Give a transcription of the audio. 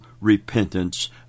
repentance